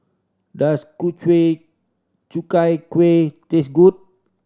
does ku kuih taste good